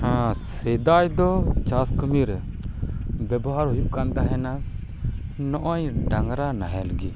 ᱥᱮᱫᱟᱭ ᱫᱚ ᱪᱟᱥ ᱠᱟᱹᱢᱤ ᱨᱮ ᱵᱮᱵᱚᱦᱟᱨ ᱦᱩᱭᱩᱜ ᱠᱟᱱ ᱛᱟᱦᱮᱸᱱᱟ ᱱᱚᱜ ᱚᱭ ᱰᱟᱝᱨᱟ ᱱᱟᱦᱮᱞ ᱜᱮ